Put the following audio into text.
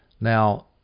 Now